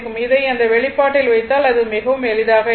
இதை அந்த வெளிப்பாட்டில் வைத்தால் அது மிகவும் எளிதாக இருக்கும்